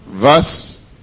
verse